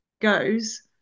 goes